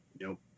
Nope